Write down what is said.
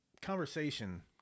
conversation